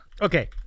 Okay